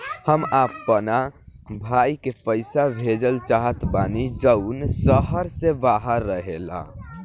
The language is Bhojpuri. हम अपना भाई के पइसा भेजल चाहत बानी जउन शहर से बाहर रहेला